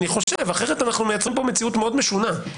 אחרת אנחנו מייצרים פה מציאות מאוד משונה.